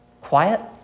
quiet